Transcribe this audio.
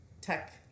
tech